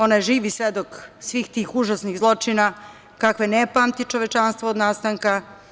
Ona je živi svedok svih tih užasnih zločina kakve ne pamti čovečanstvo od nastanka.